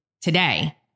today